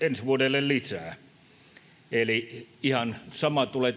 ensi vuodelle lisää eli ihan sama tulee